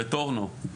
ברטורנו,